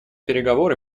переговоры